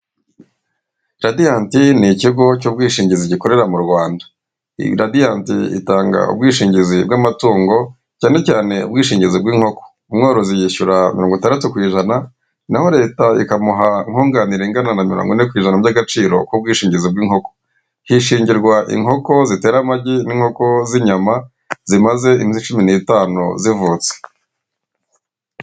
Radiant ni ikigo cy'ubwishingizi gikorera mu Rwanda. Radiant itanga ubwishingizi bw'amatungo, cyane cyane ubwishingizi bw'inkoko. Umworozi yishyura mirongo itandatu ku ijana, naho leta ikamuha nkunganire ingana na mirongo ine ku ijana by'agaciro k'ubwishingizi bw'inkoko. Hishingirwa inkoko zitera amagi n'inkoko z'inyama zimaze iminsi cumi n'itanu zivutse.